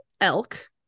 elk